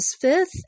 fifth